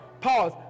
Pause